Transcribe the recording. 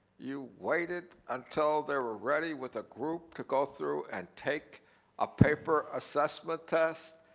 you waited until they were ready with a group to go through and take a paper assessment test.